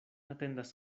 atendas